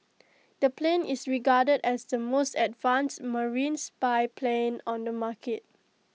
the plane is regarded as the most advanced marine spy plane on the market